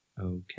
Okay